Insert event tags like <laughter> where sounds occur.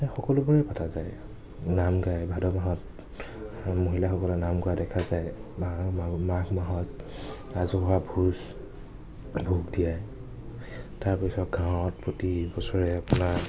সেই সকলোবোৰে পতা যায় নাম গাই ভাদ মাহত মহিলাসকলে নাম গোৱা দেখা যায় <unintelligible> মাহত মাঘ মাহত ৰাজহুৱা ভোজ ভোগ দিয়ে তাৰপিছত গাঁৱত প্ৰতি বছৰে আপোনাৰ